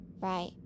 Right